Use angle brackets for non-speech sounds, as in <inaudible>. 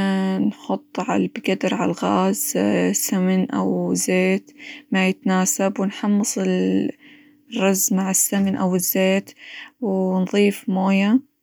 <hesitation> نحط -ع- القدر على الغاز <hesitation> سمن أو زيت ما يتناسب، ونحمص الرز مع السمن، أو الزيت، ونظيف موية.